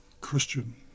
Christian